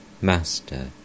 Master